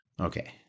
Okay